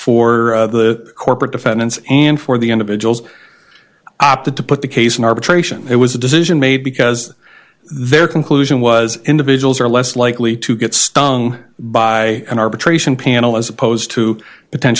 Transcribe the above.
for the corporate defendants and for the individuals opted to put the case in arbitration it was a decision made because their conclusion was individuals are less likely to get stung by an arbitration panel as opposed to